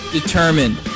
determined